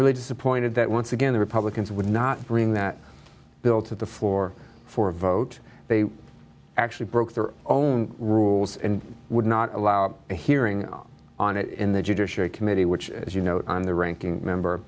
really disappointed that once again the republicans would not bring that bill to the fore for a vote they actually broke their own rules and would not allow a hearing on it in the judiciary committee which as you know on the ranking member